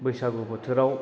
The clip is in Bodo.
बैसागु बोथोराव